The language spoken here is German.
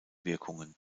wirkungen